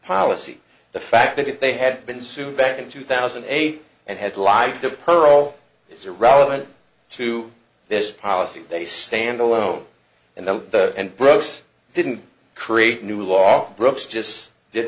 policy the fact that if they had been sued back in two thousand and eight and had lived to pearl is irrelevant to this policy they stand alone in the end bros didn't create new law books just did